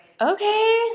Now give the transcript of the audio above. okay